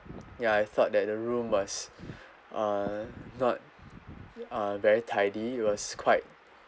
ya I thought that the room was uh not uh very tidy it was quite